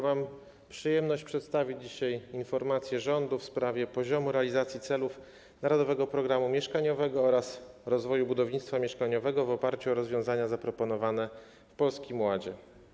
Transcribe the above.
Mam przyjemność przedstawić dzisiaj informację rządu w sprawie poziomu realizacji celów Narodowego Programu Mieszkaniowego oraz rozwoju budownictwa mieszkaniowego w oparciu o rozwiązania zaproponowane w Polskim Ładzie.